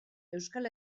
euskal